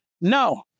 No